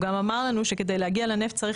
הוא גם אמר לנו שכדי להגיע לנפט צריך